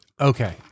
Okay